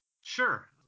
Sure